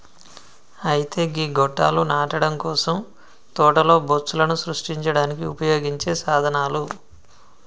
అయితే గీ గొట్టాలు నాటడం కోసం తోటలో బొచ్చులను సృష్టించడానికి ఉపయోగించే సాధనాలు